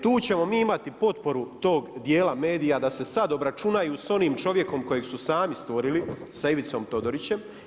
Tu ćemo mi imati potporu tog dijela medija da se sad obračunaju sa onim čovjekom kojeg su sami stvorili sa Ivicom Todorićem.